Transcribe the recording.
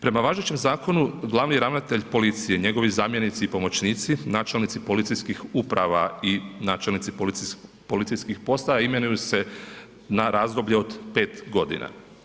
Prema važećem zakonu glavni ravnatelj policije, njegovi zamjenici i pomoćnici, načelnici policijskih uprava i načelnici policijskih postaja imenuju se na razdoblje od 5 godina.